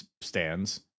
stands